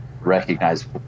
recognize